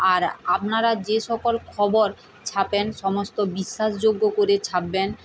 আর আপনারা যে সকল খবর ছাপেন সমস্ত বিশ্বাসযোগ্য করে ছাপবেন